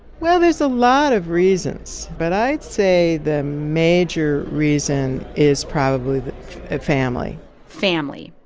well, there's a lot of reasons, but i'd say the major reason is probably the family family.